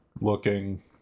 looking